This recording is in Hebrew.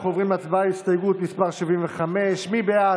אנחנו עוברים להצבעה על הסתייגות מס' 74. מי בעד?